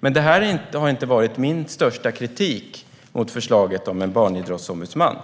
Det här har dock inte varit min största kritik mot förslaget om en barnidrottsombudsman.